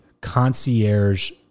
concierge